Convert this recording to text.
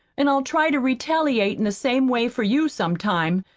an' i'll try to retaliate in the same way for you some time,